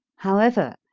however,